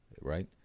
right